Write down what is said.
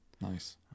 nice